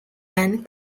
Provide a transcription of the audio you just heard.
and